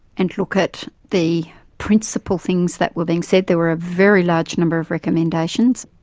and look at the principle things that were being said. there were a very large number of recommendations.